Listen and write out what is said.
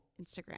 Instagram